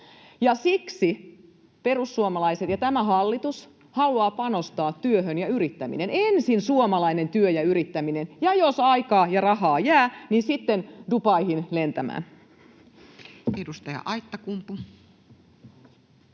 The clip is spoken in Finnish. siksi perussuomalaiset ja tämä hallitus haluavat panostaa työhön ja yrittämiseen. Ensin suomalainen työ ja yrittäminen, ja jos aikaa ja rahaa jää, niin sitten Dubaihin lentämään. [Speech 252]